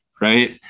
right